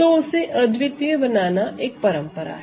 तो उसे अद्वितीय बनाना एक परंपरा है